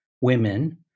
women